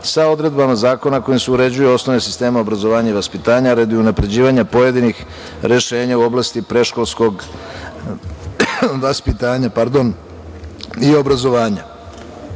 sa odredbama zakona kojim se uređuju osnove sistema obrazovanja i vaspitanja radi unapređivanja pojedinih rešenja u oblasti predškolskog vaspitanja i obrazovanja. Izmene,